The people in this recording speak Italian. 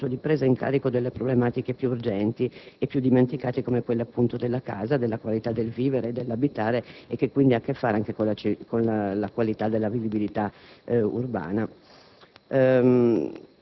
avviando un percorso di presa in carico delle problematiche più urgenti e più dimenticate, come quelle della casa, della qualità del vivere e dell'abitare, che hanno a che fare anche con la qualità della vivibilità urbana.